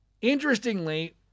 Interestingly